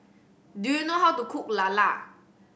do you know how to cook lala